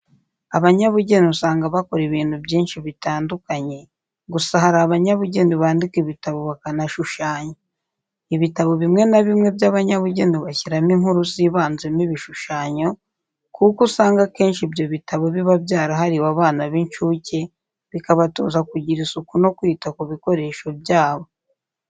Abanyabugeni usanga bakora ibintu byinshi bitandukanye gusa hari abanyabugeni bandika ibitabo bakanashushanya. Ibitabo bimwe na bimwe by'abanyabugeni bashyiramo inkuru zibanzemo ibishushanyo, kuko usanga akenshi ibyo bitabo biba byarahariwe abana bincuke bikabatoza kugira isuku no kwita ku bikoresho byabo.